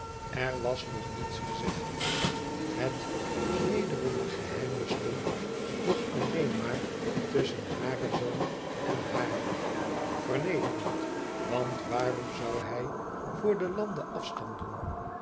er was nog niets gezegd het vernederende geheim bestond nog alleen maar tusschen haren zoon en haar vernederend want waarom zoû hij voor den lànde afstand doen